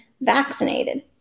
vaccinated